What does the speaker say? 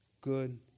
good